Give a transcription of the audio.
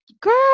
Girl